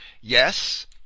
Yes